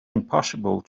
impossible